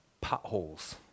potholes